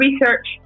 research